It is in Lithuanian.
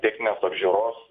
techninės apžiūros